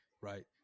Right